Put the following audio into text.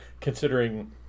considering